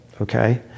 okay